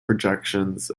projections